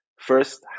First